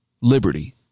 liberty